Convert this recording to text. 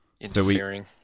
Interfering